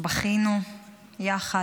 בכינו יחד,